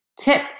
Tip